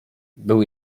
był